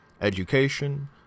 education